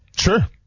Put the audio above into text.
Sure